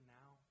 now